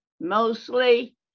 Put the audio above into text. mostly